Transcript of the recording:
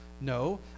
No